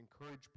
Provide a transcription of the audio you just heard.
encourage